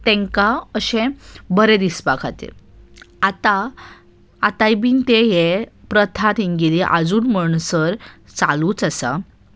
तांकां अशें बरें दिसपा खातीर आतां आतांय बीन ते हे प्रथा तांगेली आजून म्हणसर चालूच आसा